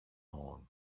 hân